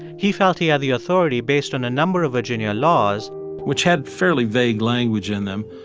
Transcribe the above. he felt he had the authority based on a number of virginia laws which had fairly vague language in them,